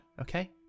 Okay